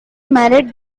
married